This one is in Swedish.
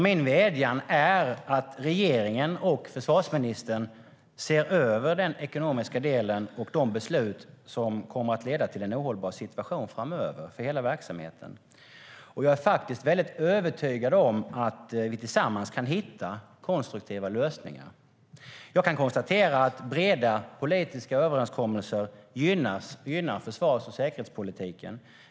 Min vädjan är alltså att regeringen och försvarsministern ser över den ekonomiska del och de beslut som kommer att leda till en ohållbar situation för hela verksamheten framöver. Jag är helt övertygad om att vi tillsammans kan hitta konstruktiva lösningar. Jag kan konstatera att breda politiska överenskommelser gynnar försvars och säkerhetspolitiken.